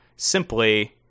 Simply